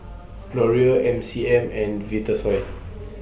Laurier M C M and Vitasoy